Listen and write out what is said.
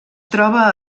troba